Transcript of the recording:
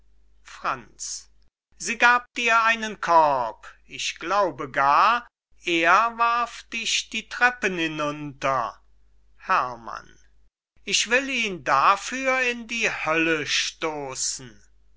franz sie gab dir einen korb ich glaube gar er warf dich die treppen hinunter herrmann ich will ihn dafür in die hölle stoßen